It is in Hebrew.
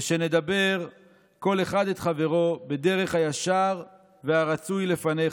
ושנדבר כל אחד את חברו בדרך הישר והרצוי לפניך,